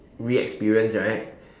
re experience right